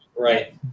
Right